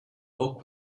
book